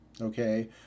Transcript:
okay